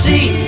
See